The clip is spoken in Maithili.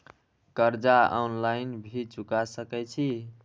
कर्जा ऑनलाइन भी चुका सके छी?